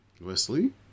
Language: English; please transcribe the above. Wesley